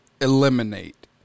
Eliminate